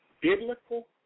biblical